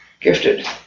gifted